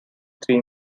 three